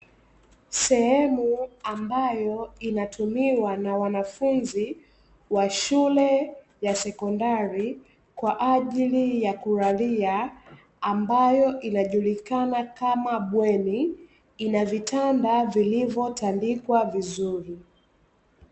Sehemu ambayo inatumiwa na wanafunzi wa shule ya sekondari, kwa ajili ya kulalia, ambayo inajulikana kama bweni, ina vitanda vilivyotandikwa vizuri.